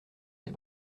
ses